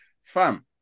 Fam